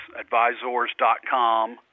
advisors.com